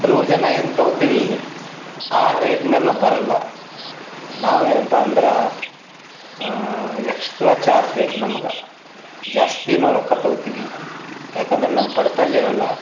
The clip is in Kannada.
ಥ್ರೂ ಜನ ಏನು ತೊಗೊಳ್ತೀವಿ ಆ ರೇಟ್ ಮೇಲೆ ನಾವು ಬರಲ್ಲ ನಾವೇನಪ್ಪ ಅಂದ್ರೆ ಎಕ್ಸ್ಟ್ರಾ ಚಾರ್ಜ್ ಬೇಕು ನಮ್ಗೆ ಜಾಸ್ತಿ ನಾವು ರೊಕ್ಕ ತೊಗೊಳ್ತೀವಿ ಏಕೆಂದ್ರೆ ನಮ್ಗೆ